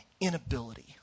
inability